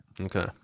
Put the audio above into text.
okay